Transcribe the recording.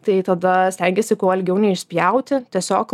tai tada stengiesi kuo ilgiau nei išspjauti tiesiog